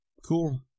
Cool